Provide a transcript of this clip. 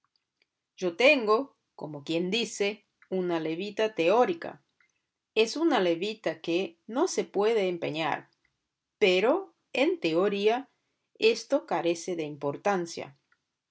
yo tengo como quien dice una levita teórica es una levita que no se puede empeñar pero en teoría esto carece de importancia